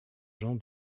jean